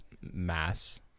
mass